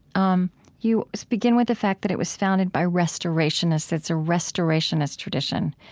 um you begin with the fact that it was founded by restorationists, it's a restorationist tradition.